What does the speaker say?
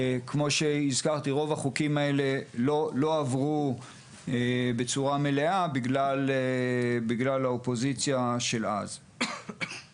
ראשית נראה שלא ברור איפה מונח בסדרי העדיפויות של הממשלה הנוכחית